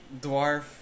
dwarf